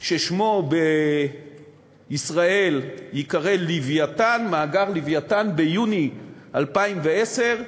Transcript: ששמו בישראל ייקרא מאגר "לווייתן", ביוני 2010,